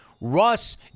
Russ